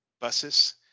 buses